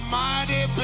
mighty